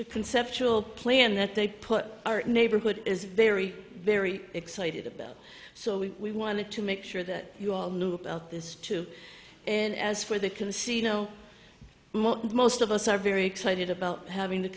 the conceptual plan that they put our neighborhood is very very excited about so we wanted to make sure that you all knew about this too and as for they can see you know most of us are very excited about having the